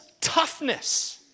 toughness